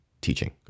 teaching